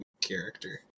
character